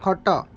ଖଟ